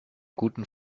guten